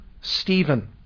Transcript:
Stephen